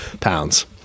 pounds